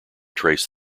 trace